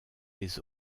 les